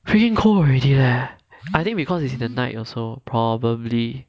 freaking cold already leh I think because it's the night also probably